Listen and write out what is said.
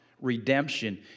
redemption